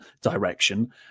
direction